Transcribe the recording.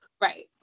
right